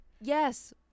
Yes